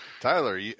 Tyler